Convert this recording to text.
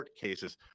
cases